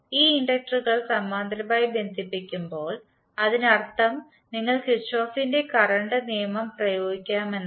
ഈ ഇൻഡക്റ്ററുകൾ സമാന്തരമായി ബന്ധിപ്പിക്കുമ്പോൾ അതിനർത്ഥം നിങ്ങൾക്ക് കിർചോഫിന്റെ കറന്റ് നിയമം പ്രയോഗിക്കാമെന്നാണ്